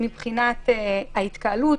מבחינת ההתקהלות